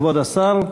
כבוד השר,